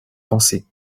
pensée